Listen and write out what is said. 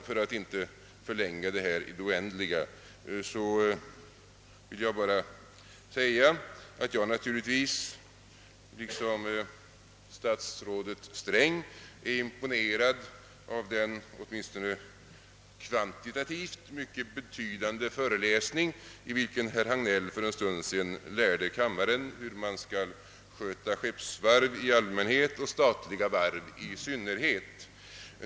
För att inte förlänga debatten i det oändliga vill jag bara säga, att jag naturligtvis i likhet med statsrådet Sträng är imponerad av den åtminstone kvantitativt mycket betydande föreläsning, i vilken herr Hagnell för en stund sedan lärde kammaren hur man skall sköta skeppsvarv i allmänhet och statliga varv i synnerhet.